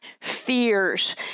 fears